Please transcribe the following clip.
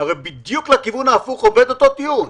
הרי בדיוק לכיוון ההפוך עובד אותו טיעון.